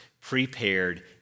prepared